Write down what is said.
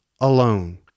alone